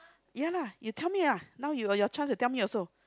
ya lah you tell me lah now your your chance to tell me also